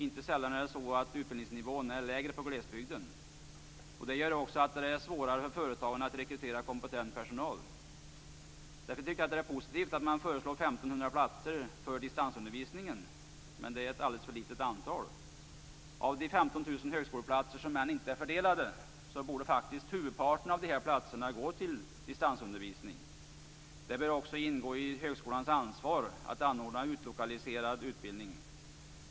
Inte sällan är utbildningsnivån lägre på glesbygden. Detta gör också att det är svårare för företagen att rekrytera kompetent personal. Därför tycker jag att det är positivt att det föreslås 1 500 platser för distansundervisningen, men det är ett för litet antal. Av de 15 000 högskoleplatser som ännu inte är fördelade borde faktiskt huvudparten av dessa platser gå till distansundervisning. Det bör också ingå i högskolans ansvar att anordna utlokaliserad utbildning.